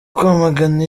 kwamagana